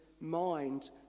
mind